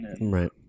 Right